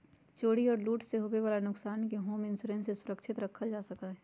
चोरी और लूट से होवे वाला नुकसान के होम इंश्योरेंस से सुरक्षित रखल जा सका हई